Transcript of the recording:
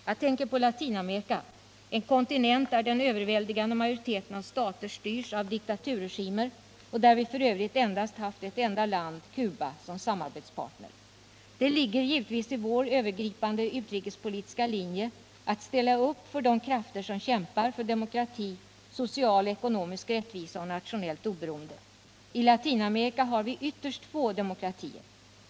Jag tänker på Latinamerika, en kontinent där den överväldigande majoriteten av stater styrs av diktaturregimer och där vi för övrigt endast haft ett enda land, Cuba, som samarbetspartner. Det ligger givetvis i linje med vår övergripande utrikespolitiska målsättning att ställa upp för de krafter som kämpar för demokrati, social och ekonomisk rättvisa och nationellt oberoende. I Latinamerika har vi ytterst få demokratier.